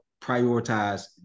prioritize